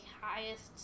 highest